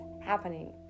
happening